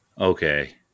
okay